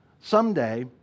Someday